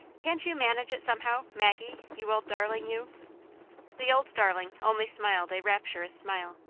can't you manage it somehow, maggie, you old darling, you the old darling only smiled a rapturous smile.